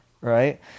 right